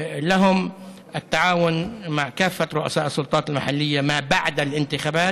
ומזל טוב לכל ראשי המועצות המקומיות שביקרנו,